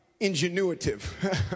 ingenuitive